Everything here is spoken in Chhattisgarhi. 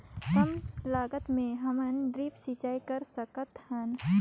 कम लागत मे हमन ड्रिप सिंचाई कर सकत हन?